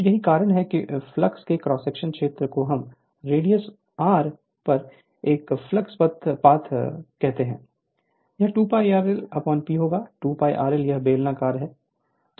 तो यही कारण है कि फ्लक्स के क्रॉस सेक्शनल क्षेत्र को हम रेडियस r पर एक फ्लक्स पथ कहते हैं यह 2 π rl P होगा 2 π rl यह बेलनाकार है